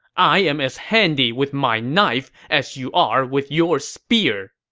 i am as handy with my knife as you are with your spear!